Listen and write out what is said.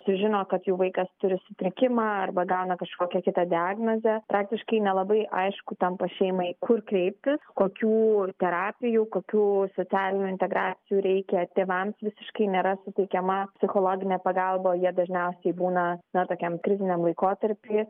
sužino kad jų vaikas turi sutrikimą arba gauna kažkokią kitą diagnozę praktiškai nelabai aišku tampa šeimai kur kreiptis kokių terapijų kokių socialinių integracijų reikia tėvams visiškai nėra suteikiama psichologinė pagalba jie dažniausiai būna na tokiam kriziniam laikotarpy